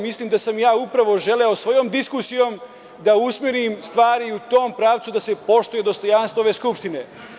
Mislim da sam ja upravo želeo svojom diskusijom da usmerim stvari u tom pravcu da se poštuje dostojanstvo ove Skupštine.